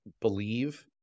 believe